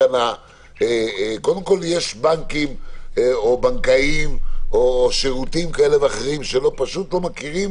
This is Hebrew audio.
קודם כול יש בנקים או בנקאים או שירותים כאלה ואחרים שפשוט לא מכירים